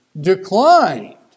declined